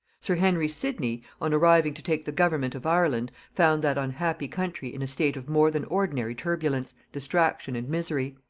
sir henry sidney, on arriving to take the government of ireland, found that unhappy country in a state of more than ordinary turbulence, distraction, and misery.